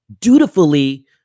dutifully